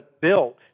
built